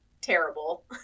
terrible